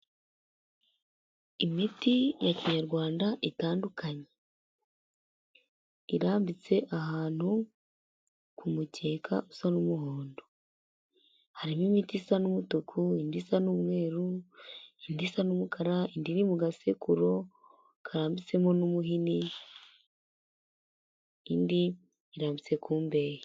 Imiti ya kinyarwanda itandukanye, irambitse ahantu ku mukeka usa n'umuhondo, harimo imiti isa n'umutuku, indi isa n'umweru, indi isa n'umukara, indi iri mu gasekuru karambitsemo n'umuhini, indi irambitse ku mbehe.